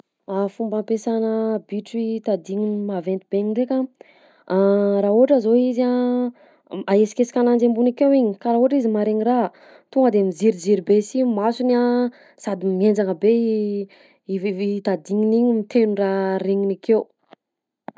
Fomba ampiasanà bitro i tadigniny maventy be igny ndraika: raha ohatra zao izy a m- ahesikesika ananjy ambony akeo igny karaha ohatra izy maharegny raha tonga de miziriziry be si masony a sady mihenjagna be i tadigniny igny miteny raha regniny akeo.